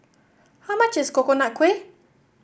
how much is Coconut Kuih